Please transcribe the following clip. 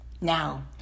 Now